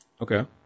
Okay